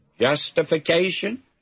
justification